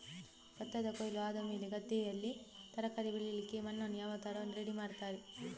ಭತ್ತದ ಕೊಯ್ಲು ಆದಮೇಲೆ ಗದ್ದೆಯಲ್ಲಿ ತರಕಾರಿ ಬೆಳಿಲಿಕ್ಕೆ ಮಣ್ಣನ್ನು ಯಾವ ತರ ರೆಡಿ ಮಾಡ್ತಾರೆ?